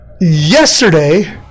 yesterday